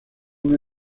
una